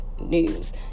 news